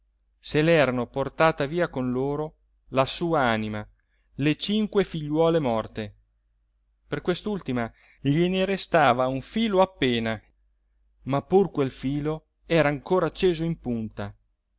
se l'erano portata via con loro la sua anima le cinque figliuole morte per quest'ultima gliene restava un filo appena ma pur quel filo era ancora acceso in punta